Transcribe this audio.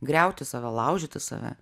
griauti save laužyti save